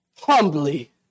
humbly